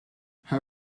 her